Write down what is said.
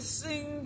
sing